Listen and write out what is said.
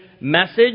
message